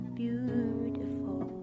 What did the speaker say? beautiful